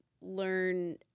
learn